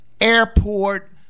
airport